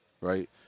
right